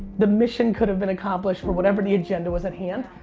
the mission could have been accomplished for whatever the agenda was at hand.